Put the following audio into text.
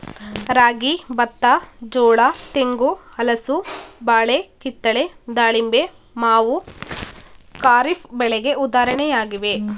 ರಾಗಿ, ಬತ್ತ, ಜೋಳ, ತೆಂಗು, ಹಲಸು, ಬಾಳೆ, ಕಿತ್ತಳೆ, ದಾಳಿಂಬೆ, ಮಾವು ಖಾರಿಫ್ ಬೆಳೆಗೆ ಉದಾಹರಣೆಯಾಗಿವೆ